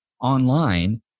Online